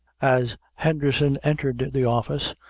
as henderson entered the office,